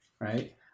right